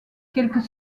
quelques